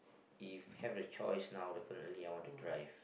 if I have the choice now definitely I want to drive